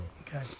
Okay